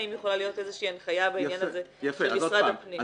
האם יכולה להיות איזושהי הנחיה בעניין הזה ממשרד הפנים.